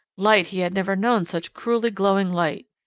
light he had never known such cruelly glowing light.